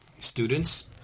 students